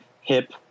hip